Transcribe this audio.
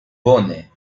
bone